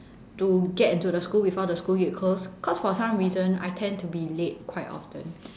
to get into the school before the school gate close cause for some reason I tend to be late quite often